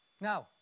Now